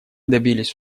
добились